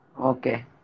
Okay